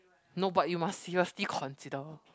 no but you must seriously consider